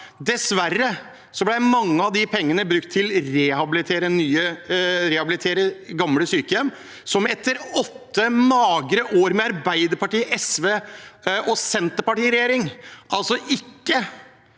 Dessverre ble mye av de pengene brukt til å rehabilitere gamle sykehjem. Etter åtte magre år med Arbeiderpartiet, SV og Senterpartiet i regjering